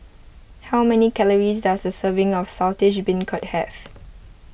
how many calories does a serving of Saltish Beancurd have